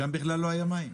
שם בכלל לא היה מים.